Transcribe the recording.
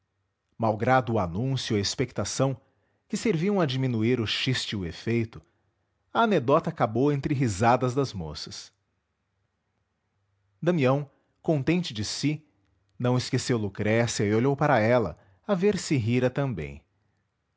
malgrado o anúncio e a expectação que serviam a diminuir o chiste e o efeito a anedota acabou entre risadas das moças damião contente de si não esqueceu lucrécia e olhou para ela a ver se rira também